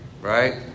right